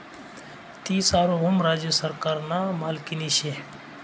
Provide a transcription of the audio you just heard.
ती सार्वभौम राज्य सरकारना मालकीनी शे